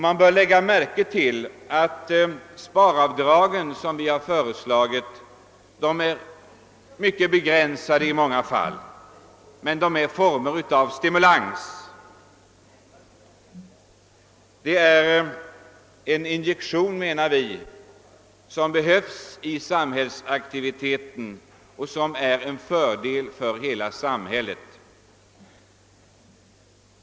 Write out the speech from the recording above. Man bör lägga märke till att de sparavdrag som vi har föreslagit i många fall är mycket begränsade, men de är former av stimulans och en injektion som behövs i samhällsaktiviteten och som är till fördel för hela samhället.